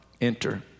enter